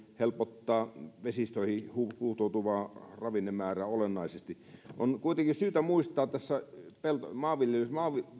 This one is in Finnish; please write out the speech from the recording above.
helpottaa vesistöihin huuhtoutuvaa ravinnemäärää olennaisesti on kuitenkin syytä muistaa näissä maanviljelystä